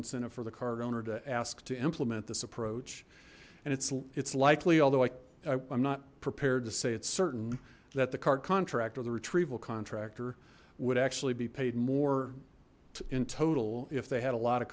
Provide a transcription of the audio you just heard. incentive for the card owner to ask to implement this approach and it's it's likely although i i'm not prepared to say it's certain that the cart contract or the retrieval contractor would actually be paid more in total if they had a lot of